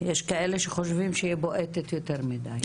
יש כאלה שחושבים שהיא בועטת יותר מדי.